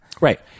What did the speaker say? Right